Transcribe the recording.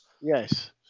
Yes